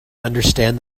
understand